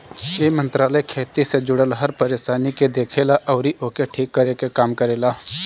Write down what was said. इ मंत्रालय खेती से जुड़ल हर परेशानी के देखेला अउरी ओके ठीक करे के काम करेला